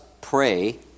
pray